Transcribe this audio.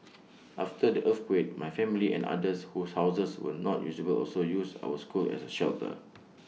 after the earthquake my family and others whose houses were not usable also used our school as A shelter